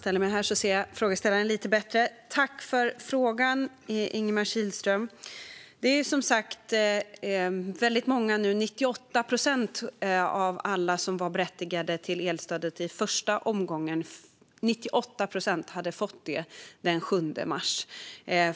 Herr talman! Tack, Ingemar Kihlström, för frågan! Som sagt hade väldigt många, 98 procent, av alla som var berättigade till elstödet i den första omgången fått det den 7 mars.